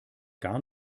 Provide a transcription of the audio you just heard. gar